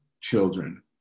children